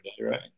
right